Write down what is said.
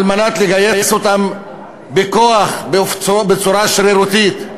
על מנת לגייס אותם בכוח, בצורה שרירותית.